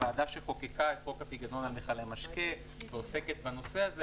כוועדה שחוקקה את חוק הפיקדון על מיכלי משקה ועוסקת בנושא הזה,